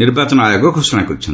ନିର୍ବାଚନ ଆୟୋଗ ଘୋଷଣା କରିଛନ୍ତି